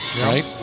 right